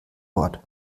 wort